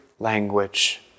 language